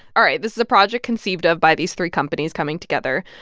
all right. this is a project conceived of by these three companies coming together.